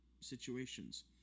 situations